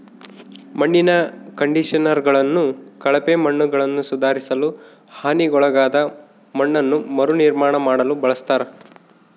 ಮಣ್ಣಿನ ಕಂಡಿಷನರ್ಗಳನ್ನು ಕಳಪೆ ಮಣ್ಣನ್ನುಸುಧಾರಿಸಲು ಹಾನಿಗೊಳಗಾದ ಮಣ್ಣನ್ನು ಮರುನಿರ್ಮಾಣ ಮಾಡಲು ಬಳಸ್ತರ